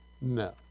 No